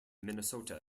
minnesota